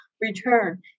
return